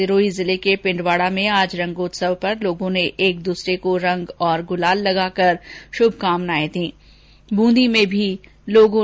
सिरोही जिले के पिंडवाड़ा में आज रंगोत्सव पर लोगों ने एकदूसरे को रंग और गुलाल लगाकर शुभकामनाएं दीं